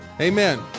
Amen